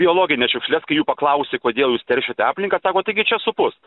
biologines šiukšles kai jų paklausi kodėl jūs teršiate aplinką sako taigi čia supus